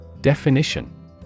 Definition